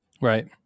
Right